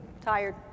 Tired